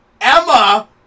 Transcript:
Emma